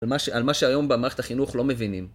על מה ש... על מה שהיום במערכת החינוך לא מבינים.